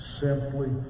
simply